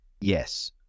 Yes